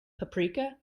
paprika